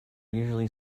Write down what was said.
usually